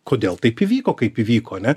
kodėl taip įvyko kaip įvyko ane